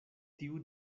tiu